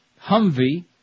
Humvee